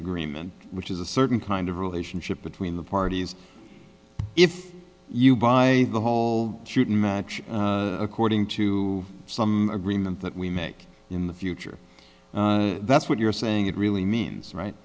agreement which is a certain kind of relationship between the parties if you buy the whole shooting match according to some agreement that we make in the future that's what you're saying it really means right